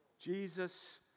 jesus